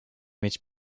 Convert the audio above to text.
mieć